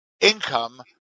income